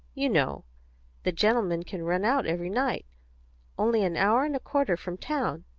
you know the gentlemen can run out every night only an hour and a quarter from town,